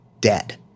dead